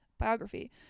biography